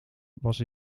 was